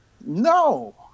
no